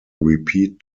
repeat